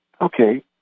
Okay